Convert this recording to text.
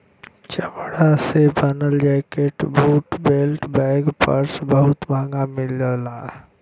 चमड़ा से बनल jacket, boot, belt, bag, purse बहुत महंग मिलला